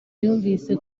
yumvise